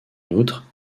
outre